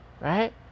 right